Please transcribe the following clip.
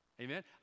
Amen